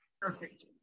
Perfect